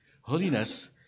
Holiness